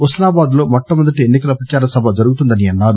హుస్నాబాద్ లో మొట్టమొదటి ఎన్సి కల ప్రచార సభ జరుగుతుందన్నారు